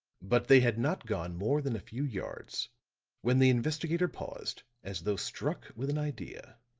but they had not gone more than a few yards when the investigator paused as though struck with an idea.